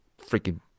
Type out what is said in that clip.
freaking